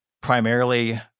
primarily